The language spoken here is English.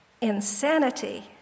insanity